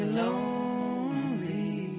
lonely